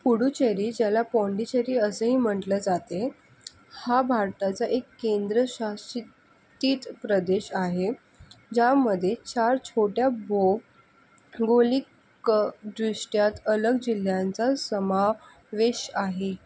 पुडूचेरी ज्याला पाँडिचेरी असंही म्हटलं जाते हा भारताचा एक केंद्रशासित तीत प्रदेश आहे ज्यामध्ये चार छोट्या बो गोलिकदृष्ट्या अलग जिल्ह्यांचा समा वेश आहे